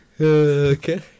Okay